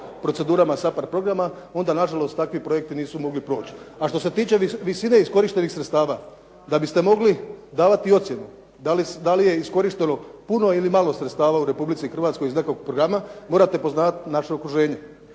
procedurama SAPARD programa onda nažalost takvi projekti nisu mogli proći. A što se tiče visine iskorištenih sredstava da biste mogli davati ocjenu da li je iskorišteno puno ili malo sredstava u Republici Hrvatskoj iz nekog programa morate poznavati naše okruženje.